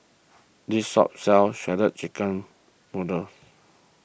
this shop sells Shredded Chicken Noodles